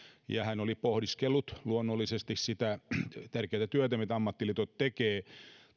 ja hän oli pohdiskellut luonnollisesti sitä tärkeätä työtä mitä ammattiliitot tekevät